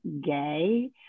gay